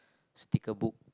sticker book